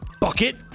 Bucket